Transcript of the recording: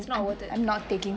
it's not worth it